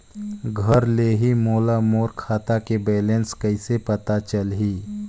घर ले ही मोला मोर खाता के बैलेंस कइसे पता चलही?